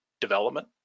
development